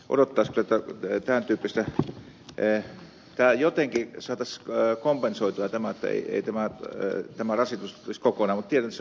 sen takia odottaisi kyllä että tämä jotenkin saataisiin kompensoitua että ei tämä rasitus tulisi kokonaan mutta tiedän että se on mahdottomuus